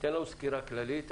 תן לנו סקירה כללית.